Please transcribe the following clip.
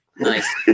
nice